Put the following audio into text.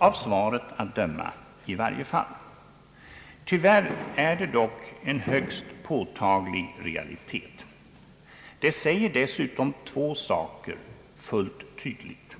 av svaret att döma i varje fall. Tyvärr är det dock en högst påtaglig realitet. Det säger dessutom två saker fullt tydligt.